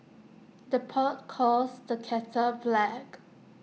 the pot calls the kettle black